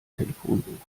telefonbuch